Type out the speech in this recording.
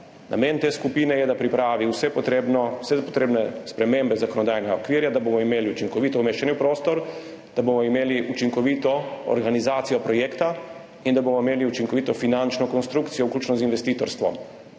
Namen te skupine je, da pripravi vse potrebne spremembe zakonodajnega okvira, da bomo imeli učinkovito umeščanje v prostor, da bomo imeli učinkovito organizacijo projekta in da bomo imeli učinkovito finančno konstrukcijo, vključno z investitorstvom.